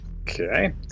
Okay